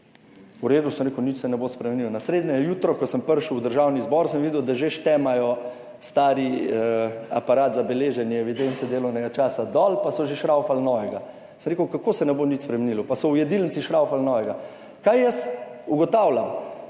V redu, sem rekel, nič se ne bo spremenilo. Naslednje jutro, ko sem prišel v Državni zbor sem videl, da že štimajo stari aparat za beleženje evidence delovnega časa dol pa so že šraufali novega. Sem rekel, kako se ne bo nič spremenilo, pa so v jedilnici šraufali novega? Kaj jaz ugotavljam?